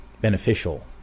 beneficial